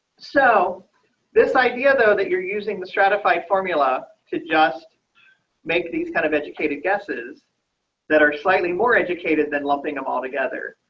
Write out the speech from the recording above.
so this idea though that you're using the stratified formula to just make these kind of educated guesses that are slightly more educated than lumping them all together.